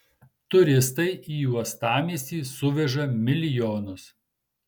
turistai į uostamiestį suveža milijonus